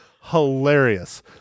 hilarious